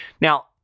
Now